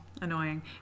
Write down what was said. annoying